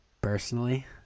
personally